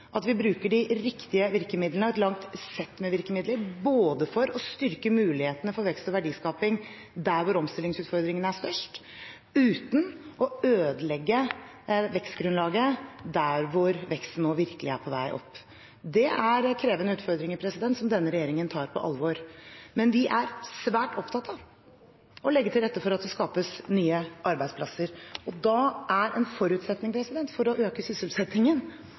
at vi bruker de riktige virkemidlene og et bredt sett med virkemidler for å styrke mulighetene for vekst og verdiskaping der hvor omstillingsutfordringene er størst, uten å ødelegge vekstgrunnlaget der hvor det nå virkelig er på vei opp. Dette er krevende utfordringer som denne regjeringen tar på alvor. Men vi er svært opptatt av å legge til rette for at det skapes nye arbeidsplasser, og da er en forutsetning for å øke sysselsettingen